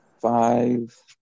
five